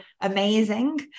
amazing